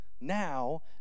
now